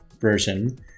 version